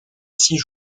six